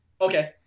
Okay